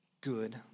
good